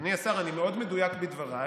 אדוני השר, אני מאוד מדויק בדבריי.